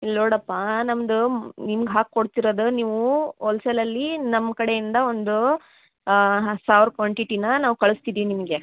ಇಲ್ಲಿ ನೋಡಪ್ಪ ನಮ್ಮದು ನಿಮ್ಗ ಹಾಗೆ ಕೊಡ್ತಿರೋದ ನೀವು ಓಲ್ಸೇಲಲ್ಲೀ ನಮ್ಮ ಕಡೆಯಿಂದ ಒಂದು ಸಾವಿರ ಕ್ವಾಂಟಿಟಿನ ನಾವು ಕಳ್ಸ್ತಿದ್ದೀವಿ ನಿಮಗೆ